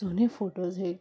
जुने फोटोज एक